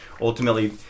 ultimately